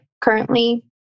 currently